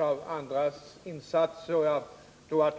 av andras insatser som Olof Palme gör.